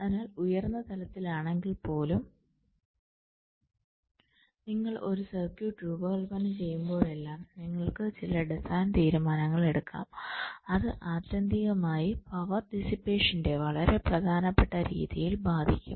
അതിനാൽ ഉയർന്ന തലത്തിലാണെങ്കിൽപ്പോലും നിങ്ങൾ ഒരു സർക്യൂട്ട് രൂപകൽപ്പന ചെയ്യുമ്പോഴെല്ലാം നിങ്ങൾക്ക് ചില ഡിസൈൻ തീരുമാനങ്ങൾ എടുക്കാം അത് ആത്യന്തികമായി പവർ ഡിസ്പേഷനെ വളരെ പ്രധാനപ്പെട്ട രീതിയിൽ ബാധിക്കും